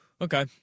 Okay